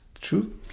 true